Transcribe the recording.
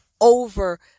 over